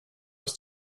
aus